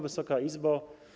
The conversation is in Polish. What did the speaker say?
Wysoka Izbo!